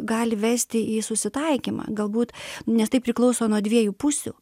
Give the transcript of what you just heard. gali vesti į susitaikymą galbūt nes tai priklauso nuo dviejų pusių